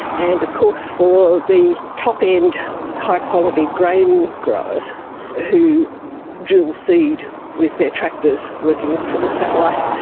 and of course for the top-end high-quality grain growers who drill seed with their tractors working from the satellite,